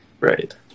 Right